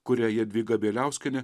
kuria jadvyga bieliauskienė